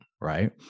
right